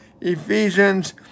Ephesians